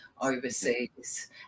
overseas